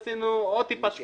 עשינו עוד טיפה שפגאט.